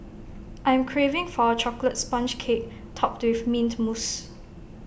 I'm craving for A Chocolate Sponge Cake Topped with Mint Mousse